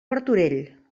martorell